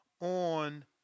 on